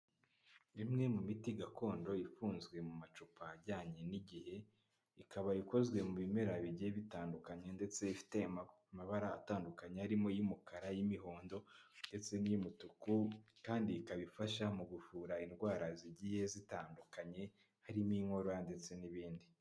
Imwe mu miti gakondo ifunzwe mu macupa ajyanye n'igihe ikaba ikozwe mu bimera bigiye bitandukanye ndetse ifite amabara atandukanye arimo y'umukara y'imihondo ndetse n'iy'umutuku kandi ikaba ifasha mu kuvura indwara zigiye zitandukanye harimo inkorora ndetse n'ibindi.